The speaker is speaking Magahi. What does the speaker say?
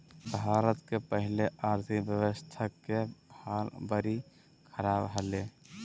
भारत के पहले आर्थिक व्यवस्था के हाल बरी ख़राब हले